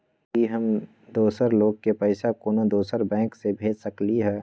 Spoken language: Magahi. कि हम दोसर लोग के पइसा कोनो दोसर बैंक से भेज सकली ह?